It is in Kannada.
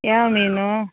ಯಾವ ಮೀನು